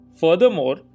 Furthermore